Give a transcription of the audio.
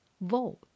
vote